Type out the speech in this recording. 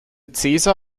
caesar